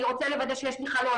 אני רוצה לוודא שיש לי חלון,